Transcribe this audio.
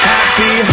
Happy